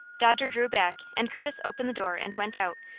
dodger drew back, and curtis opened the door and went out,